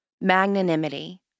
magnanimity